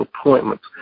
appointments